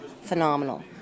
phenomenal